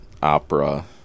opera